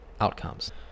outcomes